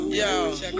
yo